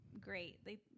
great